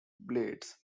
blades